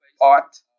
art